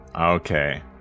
Okay